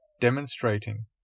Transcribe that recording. demonstrating